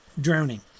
drowning